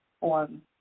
on